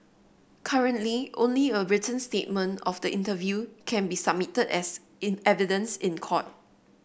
currently only a written statement of the interview can be submitted as evidence in court